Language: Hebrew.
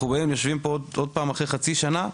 אנחנו באים יושבים פה עוד פעם אחרי חצי שנה,